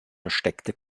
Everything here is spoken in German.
versteckte